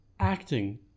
Acting